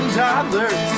dollars